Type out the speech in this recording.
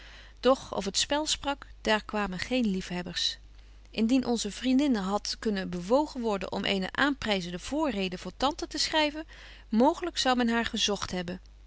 of het spel sprak daar kwamen geene liefhebbers indien onze vriendin hadt kunnen bewogen worden om eene aanpryzende v o o r r e d e voor tante te schryven mooglyk zou men haar gezogt hebben